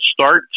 start